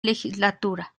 legislatura